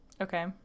Okay